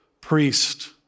priest